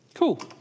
Cool